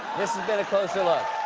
this has been a closer look.